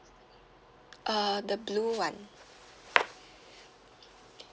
uh the blue [one]